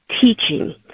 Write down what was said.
teaching